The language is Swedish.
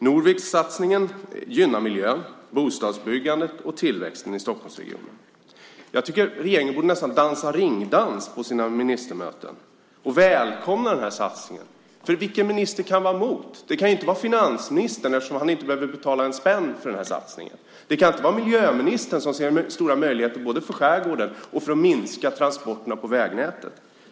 Norvikssatsningen gynnar miljön, bostadsbyggandet och tillväxten i Stockholmsregionen. Jag tycker att regeringen nästan borde dansa ringdans på sina ministermöten och välkomna den här satsningen. Vilken minister kan vara emot? Det kan inte vara finansministern, eftersom han inte behöver betala en spänn för den här satsningen. Det kan inte vara miljöministern, som ser stora möjligheter både för skärgården och för att minska transporterna på vägnätet.